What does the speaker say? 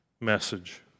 message